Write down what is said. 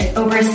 over